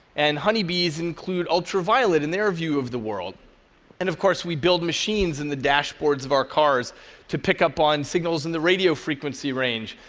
and honeybees include ultraviolet in their view of the world and of course we build machines in the dashboards of our cars to pick up on signals in the radio frequency range,